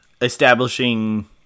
establishing